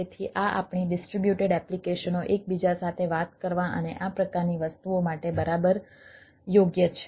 તેથી આ આપણી ડિસ્ટ્રીબ્યુટેડ એપ્લિકેશનો એકબીજા સાથે વાત કરવા અને આ પ્રકારની વસ્તુઓ માટે બરાબર યોગ્ય છે